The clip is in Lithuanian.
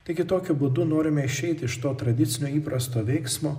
taigi tokiu būdu norime išeiti iš to tradicinio įprasto veiksmo